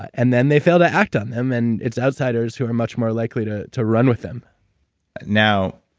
and then, they fail to act on them and it's outsiders who are much more likely to to run with them now,